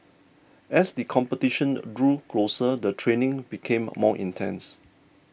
as the competition drew closer the training became more intense